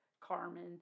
Carmen